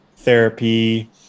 therapy